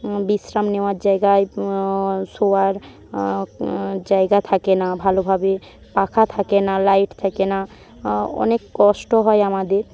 বিশ্রাম নেওয়ার জায়গায় শোয়ার জায়গা থাকে না ভালোভাবে পাখা থাকে না লাইট থাকে না অনেক কষ্ট হয় আমাদের